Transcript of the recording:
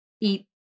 eat